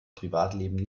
privatleben